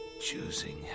choosing